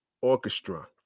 Orchestra